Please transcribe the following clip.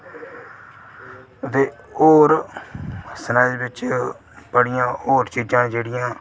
ते होर स्नैक्स बिच बड़ियां होर चीज़ां जेह्ड़ियां